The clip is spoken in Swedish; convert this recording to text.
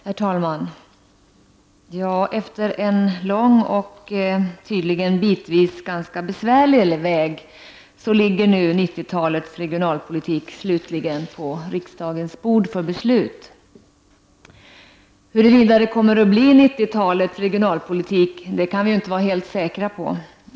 Herr talman! Efter en lång och bitvis besvärlig väg ligger nu 1990-talets regionalpolitik slutligen på riksdagens bord för beslut. Huruvida det verkligen blir 1990-talets regionalpolitik kan vi inte vara helt säkra på.